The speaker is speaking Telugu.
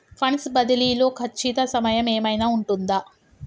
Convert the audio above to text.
ఫండ్స్ బదిలీ లో ఖచ్చిత సమయం ఏమైనా ఉంటుందా?